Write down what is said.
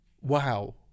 wow